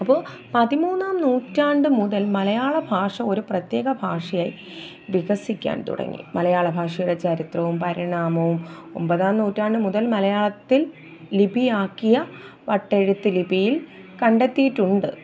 അപ്പോൾ പതിമൂന്നാം നൂറ്റാണ്ട് മുതൽ മലയാള ഭാഷ ഒരു പ്രത്യേക ഭാഷയായി വികസിക്കാൻ തുടങ്ങി മലയാളഭാഷയുടെ ചരിത്രവും പരിണാമവും ഒൻപതാം നൂറ്റാണ്ട് മുതൽ മലയാളത്തിൽ ലിപി ആക്കിയ വട്ടെഴുത്ത് ലിപിയില് കണ്ടെത്തിയിട്ടുണ്ട്